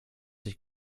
sich